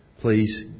Please